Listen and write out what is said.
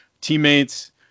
teammates